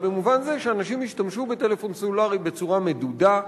במובן זה שאנשים ישתמשו בטלפון סלולרי בצורה מדודה,